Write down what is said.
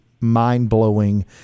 mind-blowing